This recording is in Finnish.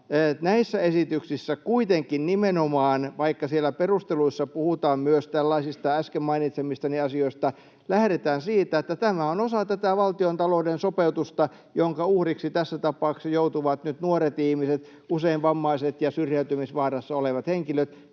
näissä esityksissä kuitenkin nimenomaan, vaikka siellä perusteluissa puhutaan myös tällaisista äsken mainitsemistani asioista, lähdetään siitä, että tämä on osa tätä valtiontalouden sopeutusta, jonka uhriksi tässä tapauksessa joutuvat nyt nuoret ihmiset, usein vammaiset ja syrjäytymisvaarassa olevat henkilöt,